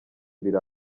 biri